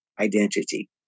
identity